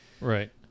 Right